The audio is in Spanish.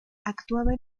actuaba